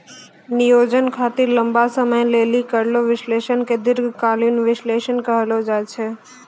नियोजन खातिर लंबा समय लेली करलो विश्लेषण के दीर्घकालीन विष्लेषण कहलो जाय छै